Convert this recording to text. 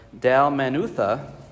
Dalmanutha